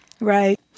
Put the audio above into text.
Right